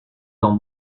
dans